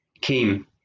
came